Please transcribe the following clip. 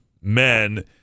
men